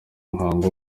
muhango